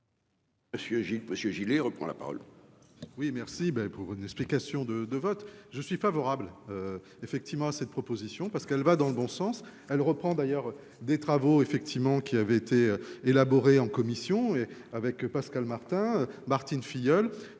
Monsieur Gillet reprend la parole.